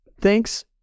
Thanks